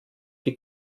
die